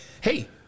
hey